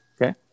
Okay